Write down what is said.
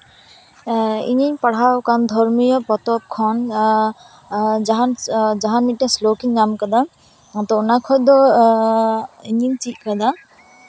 ᱤᱧᱤᱧ ᱯᱟᱲᱦᱟᱣ ᱠᱟᱱ ᱫᱷᱚᱨᱢᱤᱭᱟᱹ ᱯᱚᱛᱚᱵ ᱠᱷᱚᱱ ᱡᱟᱦᱟᱱ ᱡᱟᱦᱟᱱ ᱢᱤᱫᱴᱮᱱ ᱥᱞᱳᱠᱤᱧ ᱧᱟᱢ ᱟᱠᱟᱫᱟ ᱛᱚ ᱚᱱᱟ ᱠᱷᱚᱡ ᱫᱚ ᱤᱧᱤᱧ ᱪᱮᱫ ᱠᱟᱫᱟ